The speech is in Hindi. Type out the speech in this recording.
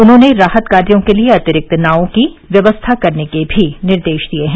उन्होंने राहत कार्यों के लिए अतिरिक्त नावों की व्यवस्था करने के भी निर्देश दिए हैं